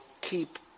keep